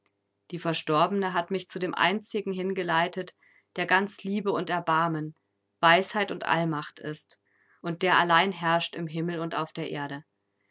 die verstorbene hat mich zu dem einzigen hingeleitet der ganz liebe und erbarmen weisheit und allmacht ist und der allein herrscht im himmel und auf der erde